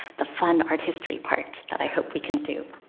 the fun art history part that i hope we can do.